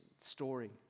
story